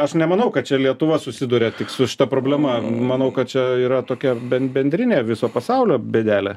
aš nemanau kad čia lietuva susiduria tik su šita problema manau kad čia yra tokia ben bendrinė viso pasaulio bėdelė